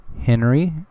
Henry